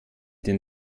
den